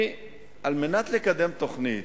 על מנת לקדם תוכנית,